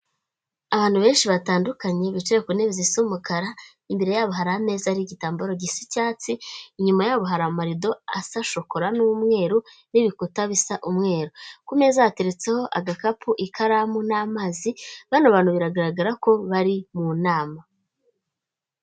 Abantu benshi batandukanye bicaye ku ntebe zisa umukara imbere yabo hari ameza n'igitambaro gisa icyatsi inyuma yabo hari amarido asa shokora n'umweru n'ibikuta bisa umweru ku meza yateretseho agakapu ikaramu n'amazi bano bantu biragaragara ko bari mu nama.